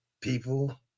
people